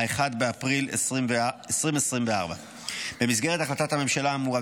1 באפריל 2024. במסגרת החלטת הממשלה האמורה,